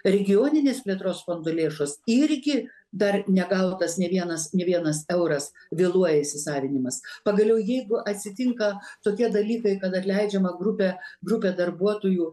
regioninės plėtros fondo lėšos irgi dar negautas nė vienas nė vienas euras vėluoja įsisavinimas pagaliau jeigu atsitinka tokie dalykai kad atleidžiama grupė grupė darbuotojų